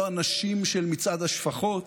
לא הנשים של מצעד השפחות,